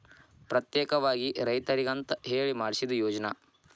ಪ್ರತ್ಯೇಕವಾಗಿ ರೈತರಿಗಂತ ಹೇಳಿ ಮಾಡ್ಸಿದ ಯೋಜ್ನಾ